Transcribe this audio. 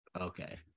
Okay